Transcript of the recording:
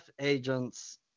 agents